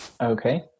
Okay